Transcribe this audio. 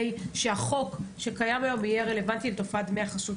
שהחוק שקיים היום יהיה רלוונטי לתופעת דמי החסות,